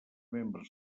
membres